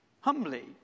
humbly